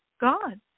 God